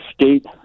state